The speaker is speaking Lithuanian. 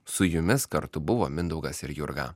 su jumis kartu buvo mindaugas ir jurga